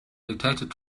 dictated